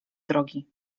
drogi